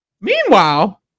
meanwhile